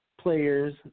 players